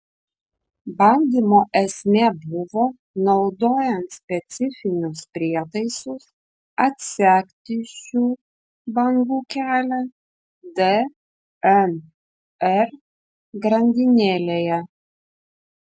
bandymo esmė buvo naudojant specifinius prietaisus atsekti šių bangų kelią dnr grandinėlėje